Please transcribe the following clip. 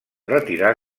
retirar